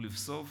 ולבסוף,